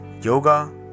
Yoga